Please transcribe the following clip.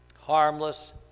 harmless